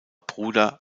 bruder